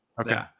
Okay